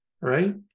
right